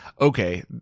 okay